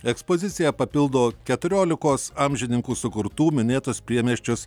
ekspoziciją papildo keturiolikos amžininkų sukurtų minėtus priemiesčius